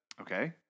Okay